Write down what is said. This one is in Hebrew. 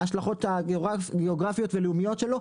ההשלכות הגאוגרפיות ולאומיות שלו,